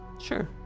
Sure